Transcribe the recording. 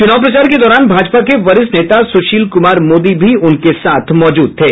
चुनाव प्रचार के दौरान भाजपा के वरिष्ठ नेता सुशील कुमार मोदी भी उपस्थित थे